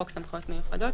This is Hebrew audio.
חוק סמכויות מיוחדות),